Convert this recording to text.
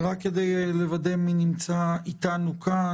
רק כדי לוודא מי נמצא איתנו כאן,